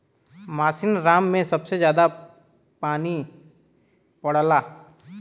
मासिनराम में सबसे जादा पानी पड़ला